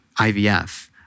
IVF